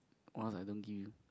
or else I don't give you